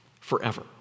Forever